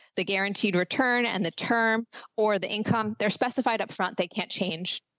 the guaranteed return and the term or the income, they're specified up front, they can't change.